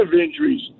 injuries